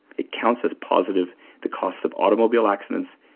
it counts as positive the costs of automobile accidents,